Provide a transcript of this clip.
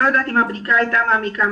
אני לא יודעת האם הבדיקה הייתה מספיק מעמיקה.